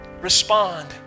respond